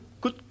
Good